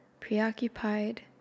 preoccupied